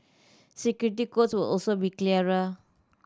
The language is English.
security codes will also be clearer